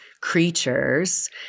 creatures